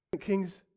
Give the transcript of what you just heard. King's